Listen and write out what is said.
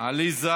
עליזה